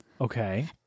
Okay